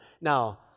Now